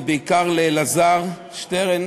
ובעיקר לאלעזר שטרן,